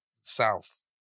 south